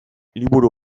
liburu